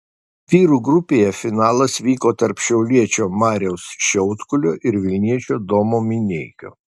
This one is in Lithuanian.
vyrų grupėje finalas vyko tarp šiauliečio mariaus šiaudkulio ir vilniečio domo mineikio